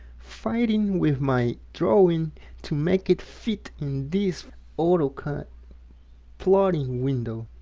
fighting with my drawing to make it fit in this autocad plotting window.